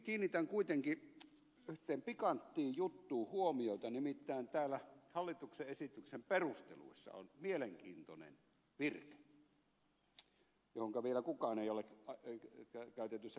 kiinnitän kuitenkin yhteen pikanttiin juttuun huomiota nimittäin täällä hallituksen esityksen perusteluissa on mielenkiintoinen virke johonka vielä kukaan ei ole käytetyissä puheenvuoroissa kiinnittänyt huomiota